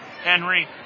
Henry